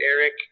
Eric